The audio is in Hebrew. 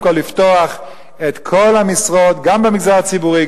כול לפתוח את כל המשרות גם במגזר הציבורי,